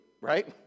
right